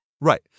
Right